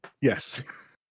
yes